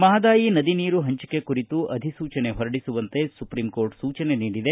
ಮಹದಾಯಿ ನದಿ ನೀರು ಪಂಚಿಕೆ ಕುರಿತು ಅಧಿಸೂಚನೆ ಹೊರಡಿಸುವಂತೆ ಸುಪ್ರಿಂ ಕೋರ್ಟ ಸೂಚನೆ ನೀಡಿದೆ